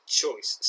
choice